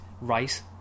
rice